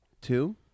Two